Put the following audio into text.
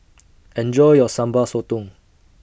Enjoy your Sambal Sotong